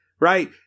right